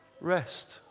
rest